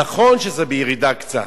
נכון שזה בירידה קצת,